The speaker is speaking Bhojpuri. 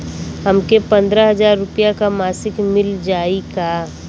हमके पन्द्रह हजार रूपया क मासिक मिल जाई का?